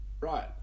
Right